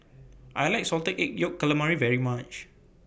I like Salted Egg Yolk Calamari very much